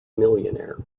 millionaire